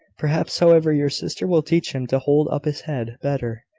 perhaps, however, your sister will teach him to hold up his head better.